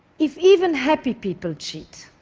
if even happy people cheat,